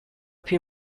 più